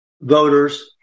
voters